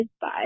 Bye